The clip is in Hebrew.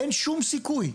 אין שום סיכוי.